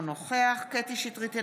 אינו נוכח קטי קטרין שטרית,